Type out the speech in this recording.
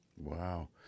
Wow